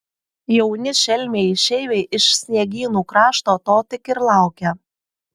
jauni šelmiai išeiviai iš sniegynų krašto to tik ir laukia